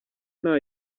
nta